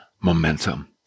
momentum